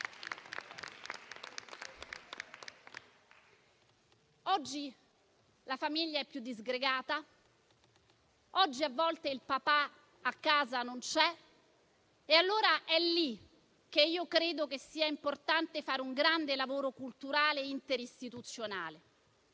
Oggi la famiglia è più disgregata, oggi a volte il papà a casa non c'è e allora è lì che io credo sia importante fare un grande lavoro culturale interistituzionale.